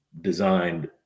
designed